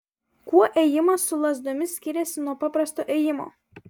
kuo ėjimas su lazdomis skiriasi nuo paprasto ėjimo